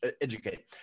Educate